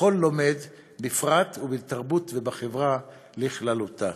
לכל לומד בפרט, ובתרבות ובחברה בכללותה.